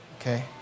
Okay